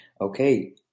Okay